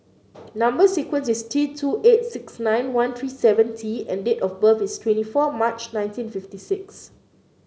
number sequence is T two eight six nine one three seven T and date of birth is twenty four March nineteen fifty six